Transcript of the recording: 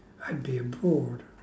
I'd be in port